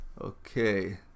okay